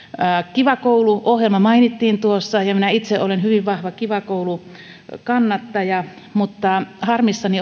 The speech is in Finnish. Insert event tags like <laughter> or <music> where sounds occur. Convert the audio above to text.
kiva koulu ohjelma mainittiin tuossa ja minä itse olen hyvin vahva kiva koulu kannattaja mutta harmissani <unintelligible>